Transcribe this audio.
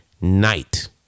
night